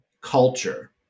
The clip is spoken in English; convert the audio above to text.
culture